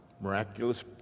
Miraculous